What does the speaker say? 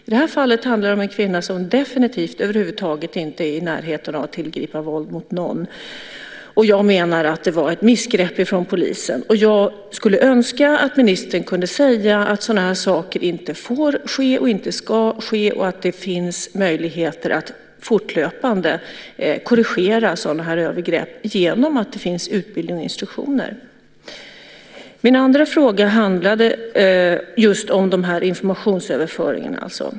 I det här fallet handlade det om en kvinna som över huvud taget inte är i närheten av att tillgripa våld mot någon. Jag menar att det var ett missgrepp från polisens sida. Jag skulle önska att ministern kunde säga att sådana här saker inte får ske, inte ska ske och att det finns möjligheter att fortlöpande korrigera sådana här övergrepp genom att det finns utbildning och instruktioner. Min andra fråga handlade just om informationsöverföringen.